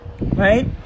Right